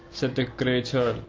said the grey churl,